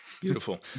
beautiful